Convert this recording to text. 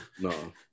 No